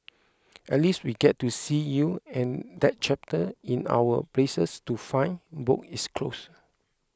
at least we get to see you and that chapter in our places to find book is closed